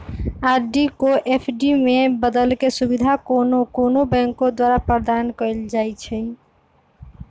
RD को FD में बदलेके सुविधा कोनो कोनो बैंके द्वारा प्रदान कएल जाइ छइ